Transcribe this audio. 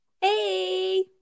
Hey